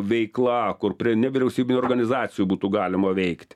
veikla kur prie nevyriausybinių organizacijų būtų galima veikti